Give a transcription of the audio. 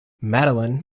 madeleine